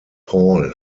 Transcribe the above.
paul